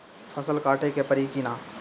फसल काटे के परी कि न?